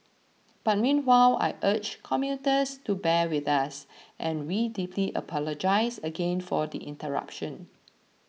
but meanwhile I urge commuters to bear with us and we deeply apologise again for the interruption